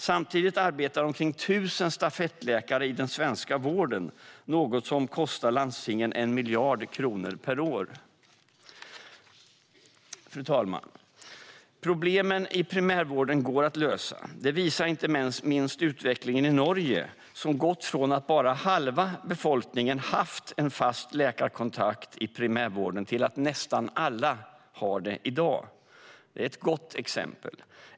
Samtidigt arbetar omkring 1 000 stafettläkare i den svenska vården, något som kostar landstingen 1 miljard kronor per år. Fru talman! Problemen i primärvården går att lösa. Det visar inte minst utvecklingen i Norge, som gått från att bara halva befolkningen haft en fast läkarkontakt i primärvården till att nästan alla har det i dag. Det är ett gott exempel.